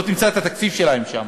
לא תמצא את התקציב שלהם שם.